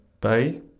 Bay